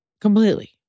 Completely